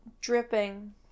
dripping